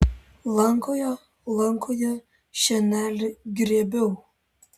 lankoje lankoje šienelį grėbiau